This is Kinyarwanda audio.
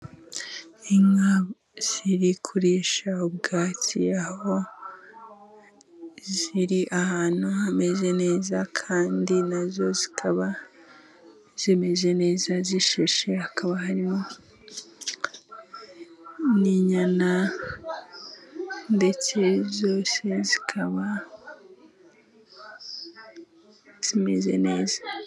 Inka ziri kurisha ubwatsi, aho ziri ahantu hameze neza, kandi na zo zikaba zimeze neza, zishishe, hakaba harimo n'inyana, ndetse zose zikaba zimeze neza.